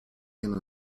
hin